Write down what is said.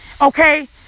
Okay